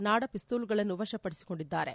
ನಾಡಪಿಸ್ತೂಲ್ಗಳನ್ನು ವಶಪಡಿಸಿಕೊಂಡಿದ್ದಾರೆ